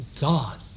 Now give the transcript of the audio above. God